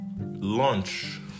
Lunch